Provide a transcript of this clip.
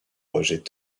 rejets